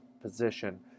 position